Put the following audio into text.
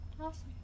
awesome